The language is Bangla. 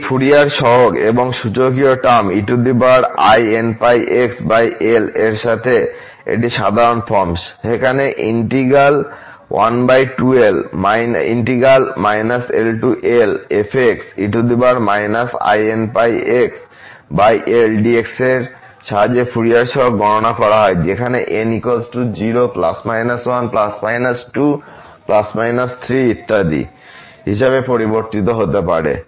এই ফুরিয়ার সহগ এবং সূচকীয় টার্ম এর সাথে এটি সাধারণ ফর্ম যেখানে ইন্টিগ্র্যাল এর সাহায্যে ফুরিয়ার সহগ গণনা করা হয় যেখানে n এখন 0 ±1 ±2 ইত্যাদি হিসাবে পরিবর্তিত হতে পারে